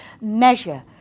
measure